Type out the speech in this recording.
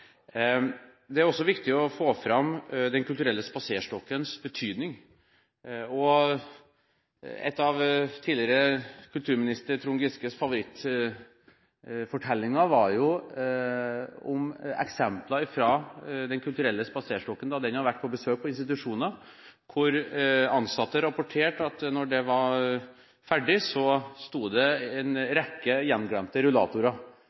Det er også viktig å få fram Den kulturelle spaserstokkens betydning. En av tidligere kulturminister Trond Giskes favorittfortellinger var eksempelet om da Den kulturelle spaserstokken besøkte institusjoner, der ansatte rapporterte om en rekke gjenglemte rullatorer da konserten var ferdig.